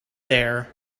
there